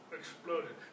exploded